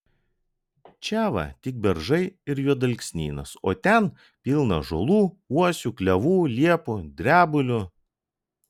čia va tik beržai ir juodalksnynas o ten pilna ąžuolų uosių klevų liepų drebulių